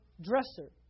dresser